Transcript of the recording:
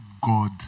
God